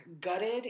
gutted